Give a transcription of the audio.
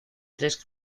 tres